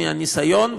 מהניסיון,